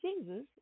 Jesus